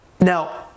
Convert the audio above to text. Now